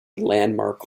landmark